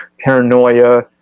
paranoia